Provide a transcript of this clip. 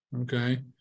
okay